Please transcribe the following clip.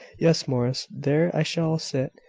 yes, morris, there i shall sit,